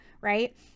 right